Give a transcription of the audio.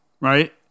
right